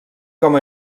com